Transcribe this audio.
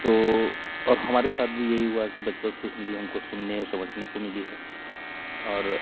तो और हमारे साथ भी यही हुआ की बचपन से हिंदी हमको सुनने ओर समझने को मिली है और